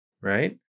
right